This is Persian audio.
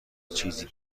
چیزی